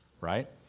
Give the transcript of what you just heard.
Right